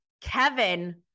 Kevin